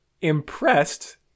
impressed